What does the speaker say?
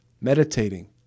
meditating